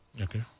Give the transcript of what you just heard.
Okay